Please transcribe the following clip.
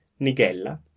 Nigella